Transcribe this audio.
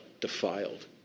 defiled